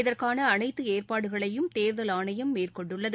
இதற்கான அனைத்து ஏற்பாடுகளையும் தேர்தல் ஆணையம் மேற்கொண்டுள்ளது